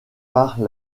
par